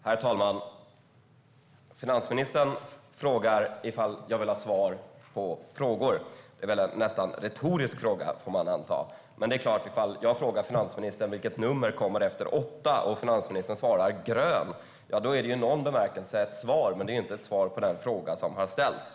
Herr talman! Finansministern frågar ifall jag vill ha svar på frågor. Man får väl anta att det är en retorisk fråga. Om jag frågar finansministern vilket nummer som kommer efter åtta och finansministern svarar grön är det klart att det i någon bemärkelse är ett svar, men det är inte ett svar på den fråga som har ställts.